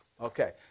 okay